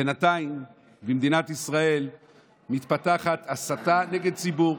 בינתיים במדינת ישראל מתפתחת הסתה נגד ציבור,